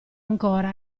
ancora